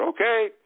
okay